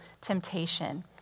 temptation